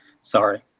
sorry